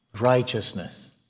righteousness